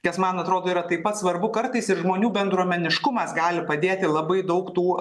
kas man atrodo yra taip pat svarbu kartais ir žmonių bendruomeniškumas gali padėti labai daug tų